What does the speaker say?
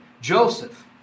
Joseph